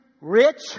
rich